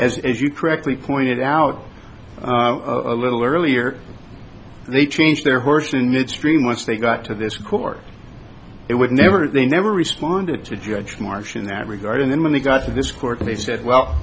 as you correctly pointed out a little earlier they changed their horse in midstream once they got to this court it would never they never responded to a judge marsh in that regard and then when they got to this court they said well